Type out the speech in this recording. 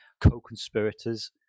co-conspirators